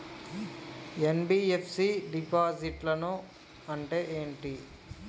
NBFC డిపాజిట్లను అంటే ఏంటి?